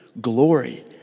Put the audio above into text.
glory